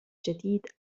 جديد